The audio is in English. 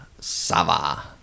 Sava